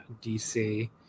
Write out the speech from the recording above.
dc